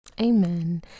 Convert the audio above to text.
Amen